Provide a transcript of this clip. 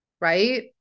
right